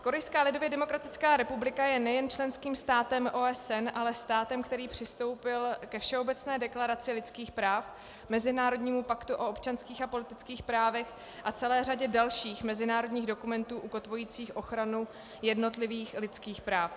Korejská lidově demokratická republika je nejen členským státem OSN, ale státem, který přistoupil ke Všeobecné deklaraci lidských práv, k Mezinárodnímu paktu o občanských a politických právech a celé řadě dalších mezinárodních dokumentů ukotvujících ochranu jednotlivých lidských práv.